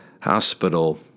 Hospital